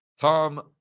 Tom